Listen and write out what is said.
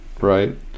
right